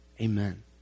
Amen